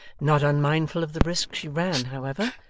not unmindful of the risk she ran, however,